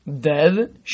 dead